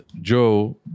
Joe